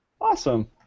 Awesome